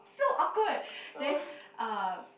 so awkward then uh